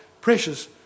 precious